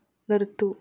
നിർത്തൂ